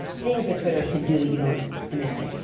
things that twitter can do that you don't imagine.